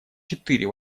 четыре